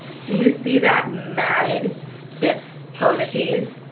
do you see that matted stiff permatease?